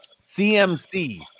CMC